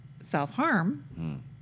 self-harm